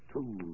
Two